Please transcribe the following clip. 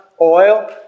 oil